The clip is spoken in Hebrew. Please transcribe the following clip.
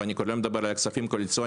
ואני כבר לא מדבר על הכספים הקואליציוניים,